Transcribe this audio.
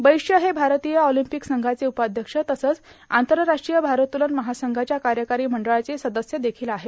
बैश्य हे भारतीय ऑर्गलम्पिक संघाचे उपाध्यक्ष तसंच ते आंतरराष्ट्रीय भारोत्तोलन महासंघाच्या कायकारां मंडळाचे सदस्य देखील आहेत